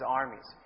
armies